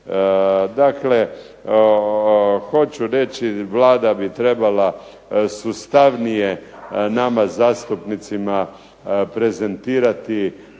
Dakle hoću reći Vlada bi trebala sustavnije nama zastupnicima prezentirati